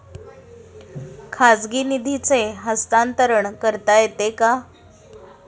खाजगी निधीचे हस्तांतरण करता येते का?